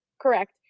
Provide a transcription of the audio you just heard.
Correct